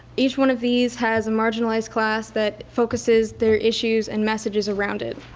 each one of these has a marginalized class that focuses their issues and messages around it.